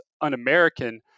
un-American